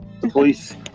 police